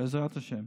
בעזרת השם,